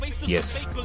yes